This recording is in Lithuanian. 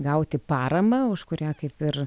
gauti paramą už kurią kaip ir